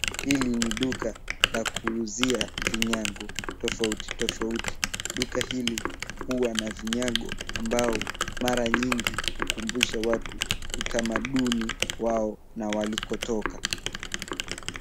Hili ni duka la kuuzia vinyago tofauti tofauti. Duka hili huwa na vinyago ambao mara nyingi hukumbusha watu utamaduni wao na walikotoka.